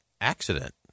accident